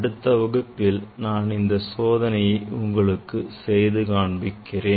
அடுத்த வகுப்பில் நான் இந்த சோதனையை உங்களுக்கு செய்து காண்பிக்கிறேன்